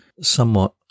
somewhat